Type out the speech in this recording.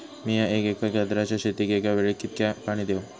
मीया एक एकर गाजराच्या शेतीक एका वेळेक कितक्या पाणी देव?